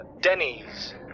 Denny's